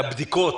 הבדיקות